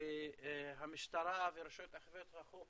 המשטרה ורשויות אכיפת החוק